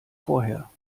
vorher